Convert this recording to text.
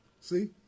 See